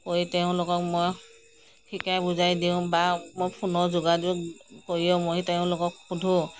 কৈ তেওঁলোকক মই শিকাই বুজাই দিওঁ বা মই ফোনৰ যোগাযোগ কৰিও মই তেওঁলোকক সোধোঁ